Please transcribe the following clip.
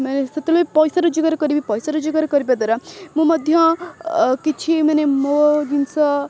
ମାନେ ସେତେବେଳେ ପଇସା ରୋଜଗାର କରିବି ପଇସା ରୋଜଗାର କରିବା ଦ୍ୱାରା ମୁଁ ମଧ୍ୟ କିଛି ମାନେ ମୋ ଜିନିଷ